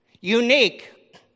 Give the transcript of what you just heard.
unique